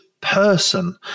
person